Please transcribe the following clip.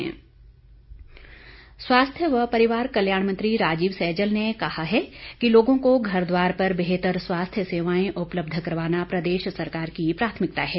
राजीव सैजल स्वास्थ्य व परिवार कल्याण मंत्री राजीव सैजल ने कहा है कि लोगों को घर द्वार पर बेहतर स्वास्थ्य सेवाएं उपलब्ध करवाना प्रदेश सरकार की प्राथमिकता है